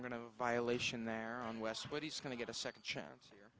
i'm going to violation they're on west but he's going to get a second chance here